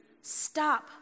Stop